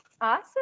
awesome